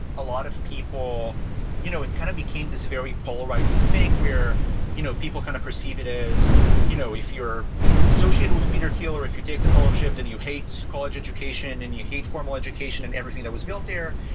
a lot of people you know it kind of became this very polarizing thing, where you know people kind of perceive it as you know if you're associated with peter thiel or if you take the fellowship, then you hate college education and you hate formal education and everything that was built there.